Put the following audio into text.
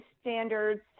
standards